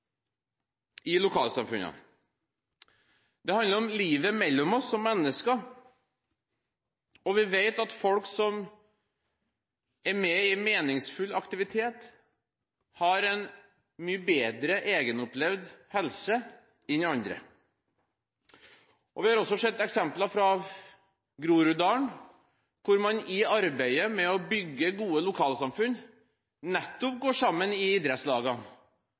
i lokalsamfunnene. Det handler om livet mellom oss som mennesker, og vi vet at folk som er med i meningsfull aktivitet, har en mye bedre egenopplevd helse enn andre. Vi har også sett eksempler fra Groruddalen, hvor man i arbeidet med å bygge gode lokalsamfunn nettopp går sammen i idrettslagene